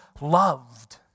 loved